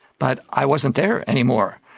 but i wasn't there anymore.